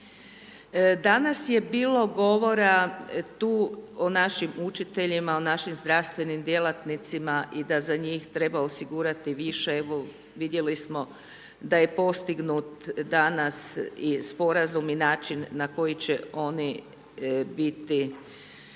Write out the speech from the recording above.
Danas je bilo govora tu o našim učiteljima, o našim zdravstvenim djelatnicima i da za njih treba osigurati više, evo vidjeli smo da je postignut danas i sporazum i način na koji će oni biti